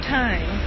time